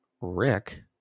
Rick